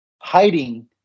hiding